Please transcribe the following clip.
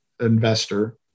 investor